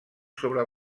sobre